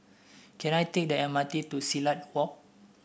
can I take the M R T to Silat Walk